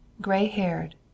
Gray-haired